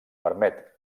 permet